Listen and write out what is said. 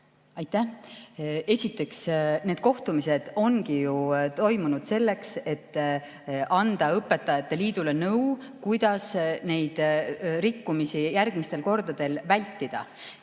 Aitäh! Esiteks, need kohtumised ongi ju toimunud selleks, et anda õpetajate liidule nõu, kuidas neid rikkumisi järgmistel kordadel vältida.